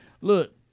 Look